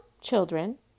children